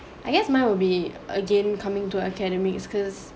I guess mine would be again coming to academics cause